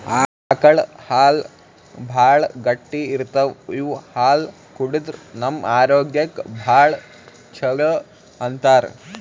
ಆಕಳ್ ಹಾಲ್ ಭಾಳ್ ಗಟ್ಟಿ ಇರ್ತವ್ ಇವ್ ಹಾಲ್ ಕುಡದ್ರ್ ನಮ್ ಆರೋಗ್ಯಕ್ಕ್ ಭಾಳ್ ಛಲೋ ಅಂತಾರ್